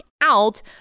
out